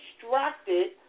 distracted